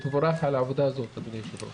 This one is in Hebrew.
תבורך על העבודה הזאת, אדוני היושב-ראש.